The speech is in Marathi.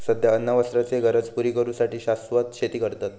सध्या अन्न वस्त्राचे गरज पुरी करू साठी शाश्वत शेती करतत